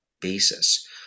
basis